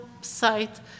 site